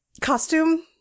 costume